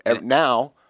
now